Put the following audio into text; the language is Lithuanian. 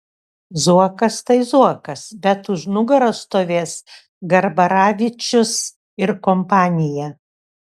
zuokas tai zuokas bet už nugaros stovės garbaravičius ir kompanija